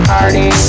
Party